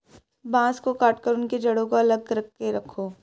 बांस को काटकर उनके जड़ों को अलग करके रखो